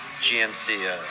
GMC